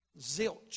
Zilch